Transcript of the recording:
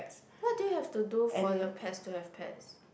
what do you have to do for the pets to have pets